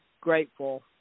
grateful